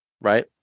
right